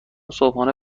صبحانه